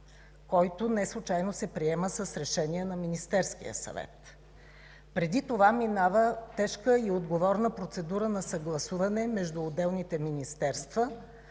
който неслучайно се приема с Решение на Министерския съвет. Преди това минава тежка и отговорна процедура на съгласуване между отделните министерства,